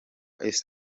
east